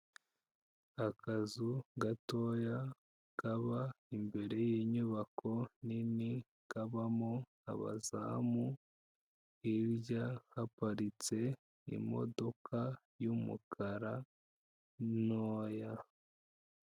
Akazu gatoya kaba imbere y'inyubako nini, kabamo abazamu, hirya haparitse imodoka y'umukara ntoya.